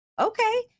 okay